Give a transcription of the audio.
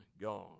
God